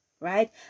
right